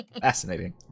Fascinating